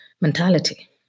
mentality